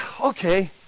okay